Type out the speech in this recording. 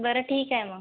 बरं ठीक आहे मग